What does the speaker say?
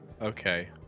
Okay